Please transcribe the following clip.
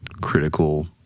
critical